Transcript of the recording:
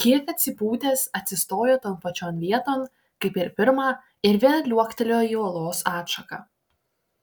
kiek atsipūtęs atsistojo ton pačion vieton kaip ir pirma ir vėl liuoktelėjo į olos atšaką